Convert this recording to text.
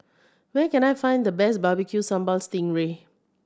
where can I find the best Barbecue Sambal sting ray